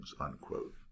unquote